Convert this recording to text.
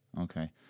Okay